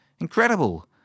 Incredible